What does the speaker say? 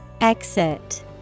Exit